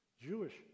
Jewish